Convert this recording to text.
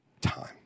time